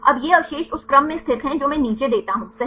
अब ये अवशेष उस क्रम में स्थित हैं जो मैं नीचे देता हूं सही